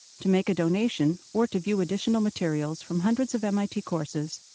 to make a donation or to view additional materials from hundreds of mit courses,